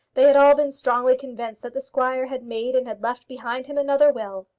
they had all been strongly convinced that the squire had made and had left behind him another will.